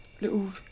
little